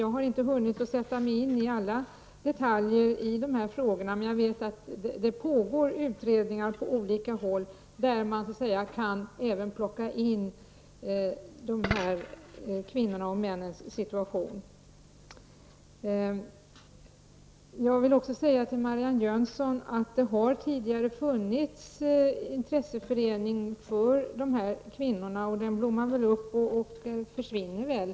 Jag har inte hunnit sätta mig in i alla detaljer i de här frågorna, men jag vet att det på olika håll pågår utredningar i vilka man så att säga även kan lägga in den fråga som gäller de här kvinnornas och männens situation. Det har, Marianne Jönsson, tidigare funnits en intresseförening för de här kvinnorna. En sådan förening blommar väl upp och försvinner sedan.